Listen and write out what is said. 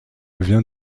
vient